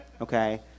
Okay